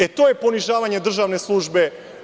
E to je ponižavanje državne službe.